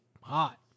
hot